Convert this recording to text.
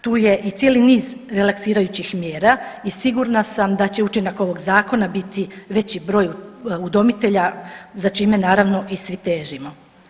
Tu je i cijeli niz relaksirajućih mjera i sigurna sam da će učinak ovog zakona biti veći broj udomitelja za čime naravno i svi težimo.